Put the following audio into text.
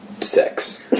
Sex